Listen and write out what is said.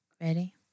ready